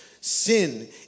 Sin